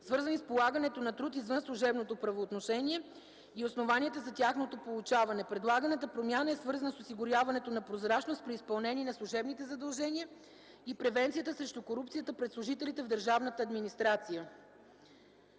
свързани с полагането на труд извън служебното правоотношение и основанията за тяхното получаване. Предлаганата промяна е свързана с осигуряването на прозрачност при изпълнение на служебните задължения и превенцията срещу корупцията сред служителите в държавната администрация.